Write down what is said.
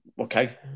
okay